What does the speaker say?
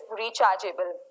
rechargeable